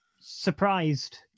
surprised